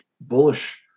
bullish